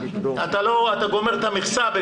אתה גומר את המכסה,